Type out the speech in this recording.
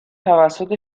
توسط